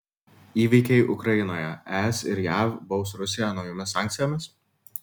įvykiai ukrainoje es ir jav baus rusiją naujomis sankcijomis